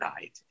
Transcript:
night